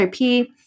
IP